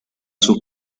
sus